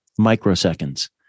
microseconds